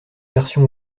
version